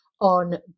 on